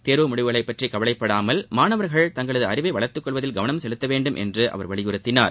தேர்வு முடிவுகளை பற்றி கவலைப்படாமல் மாணவர்கள் தங்களது அறிவை வளர்த்துக்கொள்வதில் கவனம் செலுத்தவேண்டும் என்று அவர் வலியுறுத்தினார்